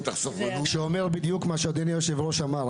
שאומר בדיוק מה שאדוני היושב-ראש אמר,